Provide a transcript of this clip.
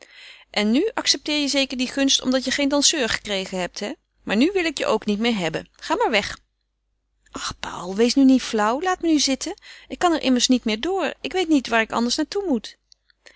en nu accepteer je zeker die gunst omdat je geen danseur gekregen hebt hé maar nu wil ik je ook niet meer hebben ga maar weg ach paul wees nu niet flauw laat me nu zitten ik kan er immers niet meer door ik weet niet waar ik anders naar toe moet